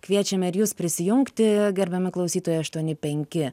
kviečiame ir jus prisijungti gerbiami klausytojai aštuoni penki